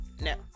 no